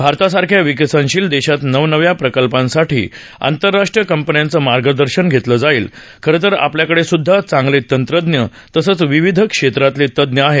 भारतासारख्या विकसनशील देशात नवनव्या प्रकल्पांसाठी आंतरराष्ट्रीय कंपन्यांचं मार्गदर्शन घेतलं जातं खरतर आपल्याकडेसदधा चांगले तंत्रज्ञ तसंच विविध क्षेत्रातले तज्ञ आहेत